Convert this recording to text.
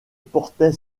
portait